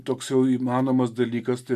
toks jau įmanomas dalykas tai